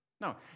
no